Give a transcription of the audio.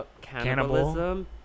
cannibalism